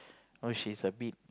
know she's a bit